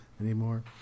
anymore